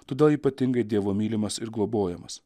todėl ypatingai dievo mylimas ir globojamas